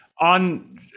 on